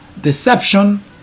deception